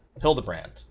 Hildebrand